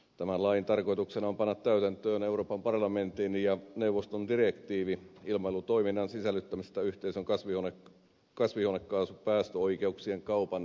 tämän lain tarkoituksena on panna täytäntöön euroopan parlamentin ja neuvoston direktiivi ilmailutoiminnan sisällyttämisestä yhteisön kasvihuonekaasupäästöoikeuksien kaupan järjestelmään